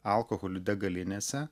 alkoholiu degalinėse